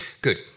good